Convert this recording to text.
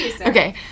okay